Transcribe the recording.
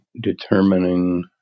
determining